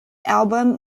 album